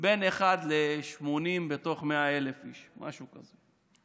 אחד ל-80 מתוך 100,000 איש, משהו כזה.